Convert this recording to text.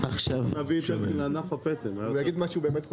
משלמים אלפי שקלים.